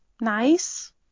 nice